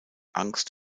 angst